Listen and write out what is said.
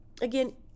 Again